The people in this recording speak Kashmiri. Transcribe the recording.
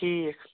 ٹھیٖک